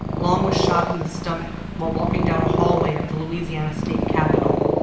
long was shot in the stomach while walking down a hallway of the louisiana state capitol.